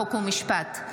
חוק ומשפט,